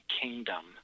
kingdom